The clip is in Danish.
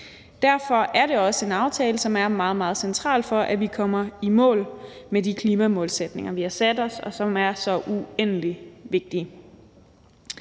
Derfor er det også en aftale, som er meget, meget central for, at vi kommer i mål med de klimamålsætninger, vi har sat os, og som er så uendelig vigtige.